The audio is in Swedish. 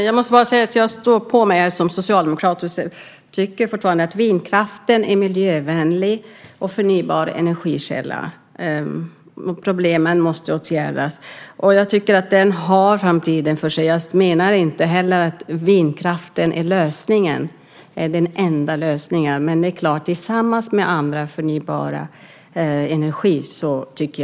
Herr talman! Jag står som socialdemokrat på mig och tycker fortfarande att vindkraften är en miljövänlig och förnybar energikälla. Och problemen måste åtgärdas. Vindkraften har framtiden för sig. Jag menar inte heller att vindkraften är den enda lösningen. Men vindkraften är en förnybar energikälla bland andra.